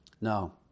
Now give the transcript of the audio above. No